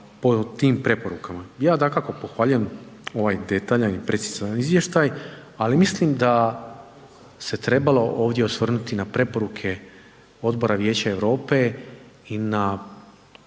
Ja dakako pohvaljujem ovaj detaljan i precizan izvještaj, ali mislim da se trebalo ovdje osvrnuti na preporuke Odbora Vijeća Europe i kazati